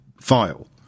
file